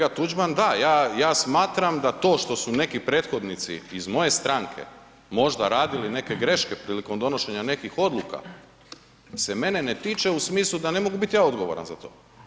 Kolega Tuđman da, ja smatram da to što su neki prethodnici iz moje stranke možda radili neke greške prilikom donošenja nekih odluka se mene ne tiče u smislu da ne mogu biti ja odgovoran za to.